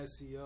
SEO